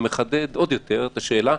ומחדד עוד יותר את השאלה,